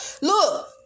Look